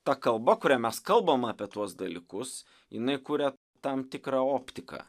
ta kalba kuria mes kalbam apie tuos dalykus jinai kuria tam tikrą optiką